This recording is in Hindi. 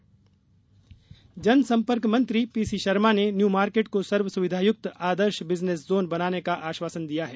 पीसी शर्मा जनसंपर्क मंत्री पीसी शर्मा ने न्यू मार्केट को सर्व सुविधायुक्त आदर्श बिजनेस जोन बनाने का आश्वासन दिया है